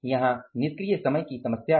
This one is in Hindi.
यहां निष्क्रिय समय की समस्या है